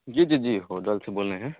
जी जी जी होटल से बोल रहे हैं